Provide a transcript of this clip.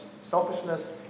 selfishness